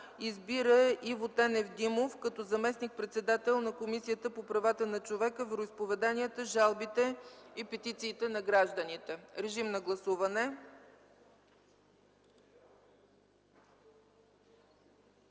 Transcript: Избира Иво Тенев Димов като заместник-председател на Комисията по правата на човека, вероизповеданията жалбите и петициите на гражданите.” Гласували